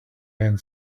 end